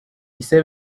issa